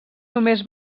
només